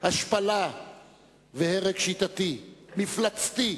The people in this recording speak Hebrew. השפלה והרג שיטתי, מפלצתי,